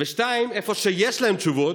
2. איפה שיש להם תשובות,